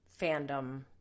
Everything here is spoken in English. fandom